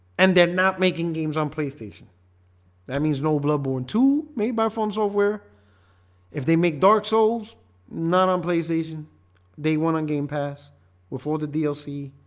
and they're not making games on playstation that means no blood-borne two made by phone software if they make dark souls not on playstation they want on game pass before the dlc